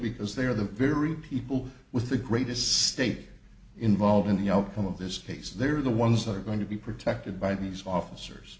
because they are the very people with the greatest stake involved in the outcome of this case they're the ones that are going to be protected by these officers